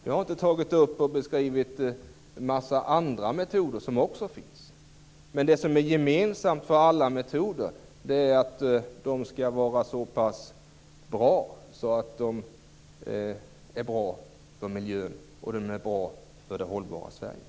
Vi har inte tagit upp och beskrivit en massa andra metoder som också finns. Men det som är gemensamt för alla metoder är att de skall vara bra för miljön och för det hållbara Sverige.